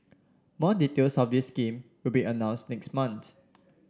more details of this scheme will be announced next month